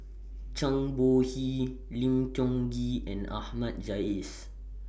Zhang Bohe Lim Tiong Ghee and Ahmad Jais